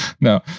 No